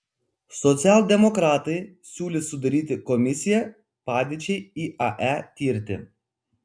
socialdemokratai siūlys sudaryti komisiją padėčiai iae tirti